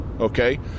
Okay